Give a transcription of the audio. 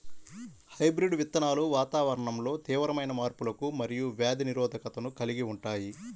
hybrid విత్తనాలు వాతావరణంలో తీవ్రమైన మార్పులకు మరియు వ్యాధి నిరోధకతను కలిగి ఉంటాయి